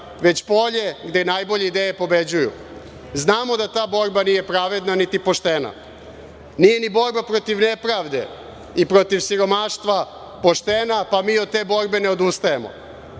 već polje gde najbolje ideje pobeđuju. Znamo da ta borba nije pravedna, niti poštena. Nije ni borba protiv nepravde i protiv siromaštva poštena, pa mi od te borbe ne odustajemo.